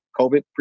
-COVID